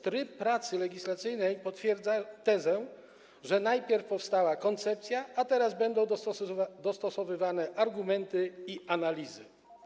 Tryb pracy legislacyjnej potwierdza tezę, że najpierw powstała koncepcja, a teraz będą dostosowywane argumenty i analizy.